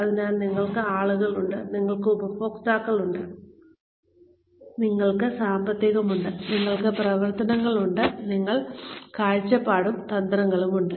അതിനാൽ ഞങ്ങൾക്ക് ആളുകളുണ്ട് ഞങ്ങൾക്ക് ഉപഭോക്താക്കളുണ്ട് ഞങ്ങൾക്ക് സാമ്പത്തികമുണ്ട് ഞങ്ങൾക്ക് പ്രവർത്തനങ്ങളുണ്ട് ഞങ്ങൾക്ക് കാഴ്ചപ്പാടും തന്ത്രവുമുണ്ട്